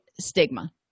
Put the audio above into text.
stigma